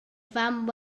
fam